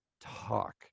talk